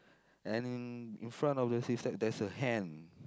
and in in front of the six stacks there's a hand